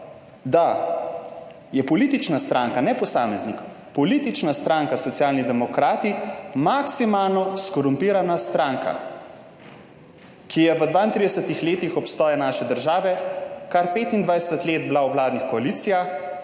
da je politična stranka, ne posameznik, politična stranka Socialni demokrati maksimalno skorumpirana stranka, ki je v 32 letih obstoja naše države kar 25 let bila v vladnih koalicijah,